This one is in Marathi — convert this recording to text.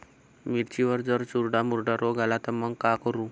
मिर्चीवर जर चुर्डा मुर्डा रोग आला त मंग का करू?